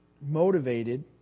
motivated